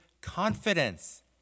confidence